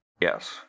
Yes